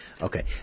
Okay